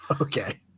Okay